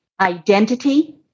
Identity